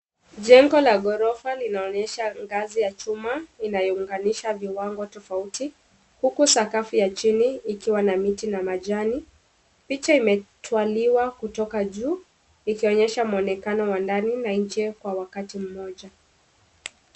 Jengo la ghorofa inaonyesha ngazi ya chuma inayounganisha viwango tofauti huku sakafu ya chini ikiwa na miti na majani. Picha imetualiwa kutoka juu ikionesha muonekano wa ndani na njia kwa wakati mmoja.